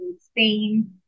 Spain